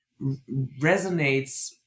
resonates